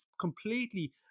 completely